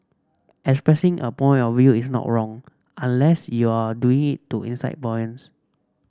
expressing a point of view is not wrong unless you're doing it to incite